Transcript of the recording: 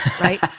right